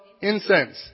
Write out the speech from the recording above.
incense